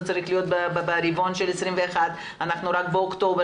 צריך להיות ברבעון של 21. אנחנו רק באוקטובר,